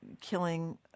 killing